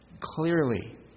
clearly